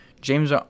James